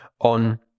on